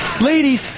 lady